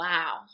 Wow